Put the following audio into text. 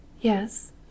Yes